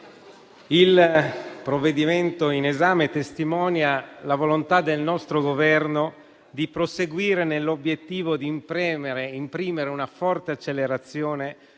il provvedimento in esame testimonia la volontà del nostro Governo di proseguire nell'obiettivo di imprimere una forte accelerazione